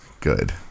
good